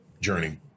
journey